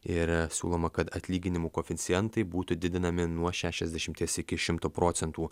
ir siūloma kad atlyginimų koeficientai būtų didinami nuo šešiasdešimties iki šimto procentų